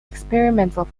experimental